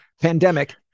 pandemic